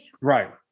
Right